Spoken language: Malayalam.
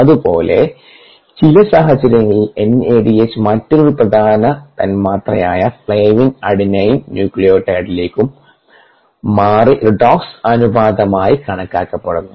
അതുപോലെ ചില സാഹചര്യങ്ങളിൽ N A D H മറ്റൊരു പ്രധാന തന്മാത്രയായ ഫ്ലാവിൻ അഡെനൈൻ ഡൈൻ ന്യൂക്ലിയോടൈഡിലേക്കും മാറി റിഡോക്സ് അനുപാതമായി കണക്കാക്കപ്പെടുന്നു